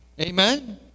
Amen